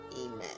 Amen